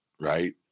right